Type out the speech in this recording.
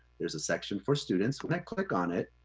there's a section for students. when i click on it,